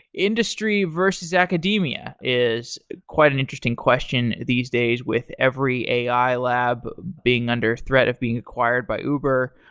industry versus academia is quite an interesting question these days with every a i. lab being under threat of being acquired by uber,